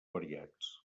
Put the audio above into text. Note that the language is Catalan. variats